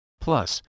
Plus